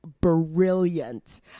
brilliant